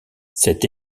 cette